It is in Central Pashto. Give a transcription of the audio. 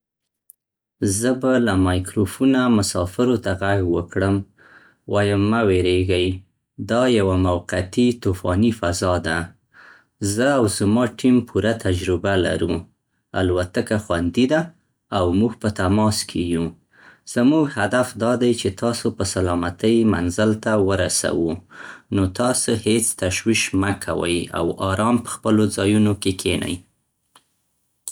زه به له مایکروفونه مسافرو ته غږ وکړم. وایم، مه وېرېږئ، دا یوه موقتي طوفاني فضا ده. زه او زما ټیم پوره تجربه لرو. الوتکه خوندي ده او موږ په تماس کې یو. زموږ هدف دا دی چې تاسو په سلامتۍ منزل ته ورسوو. نو تاسې هېڅ تشويش مه کوئ او ارام په خپلو ځايونو کې کېنئ.